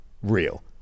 real